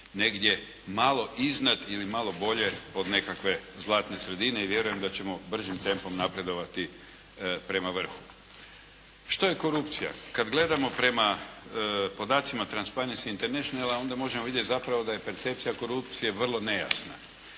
negdje malo iznad ili malo bolje od nekakve zlatne sredine i vjerujem da ćemo bržim tempom napredovati prema vrhu. Što je korupcija? Kad gledamo prema podacima Transparency International-a onda možemo vidjeti zapravo da je percepcija korupcije vrlo nejasna.